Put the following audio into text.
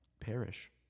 perish